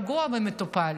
רגוע ומטופל.